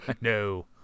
No